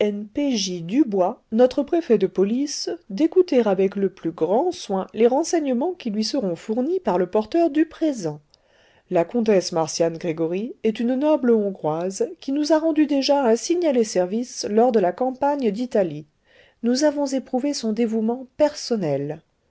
j dubois notre préfet de police d'écouter avec le plus grand soin les renseignements qui lui seront fournis par le porteur du présent la comtesse marcian gregoryi est une noble hongroise qui nous a rendu déjà un signalé service lors de la campagne d'italie nous avons éprouvé son dévouement personnel